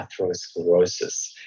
atherosclerosis